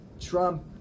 trump